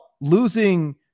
losing